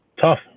tough